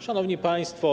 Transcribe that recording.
Szanowni Państwo!